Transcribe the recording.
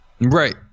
right